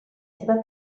teva